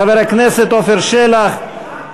חבר הכנסת עפר שלח,